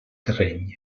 terreny